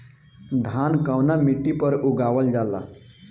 धान कवना मिट्टी पर उगावल जाला?